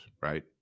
right